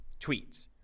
tweets